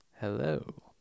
hello